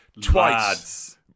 twice